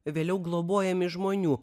vėliau globojami žmonių